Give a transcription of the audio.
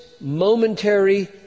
momentary